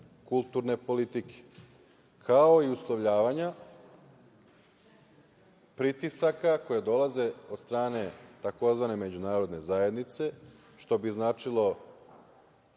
kulturne politike, kao i uslovljavanja, pritisaka, koja dolaze od strane tzv. međunarodne zajednice, što bi značilo